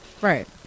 Right